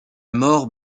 mort